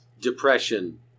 depression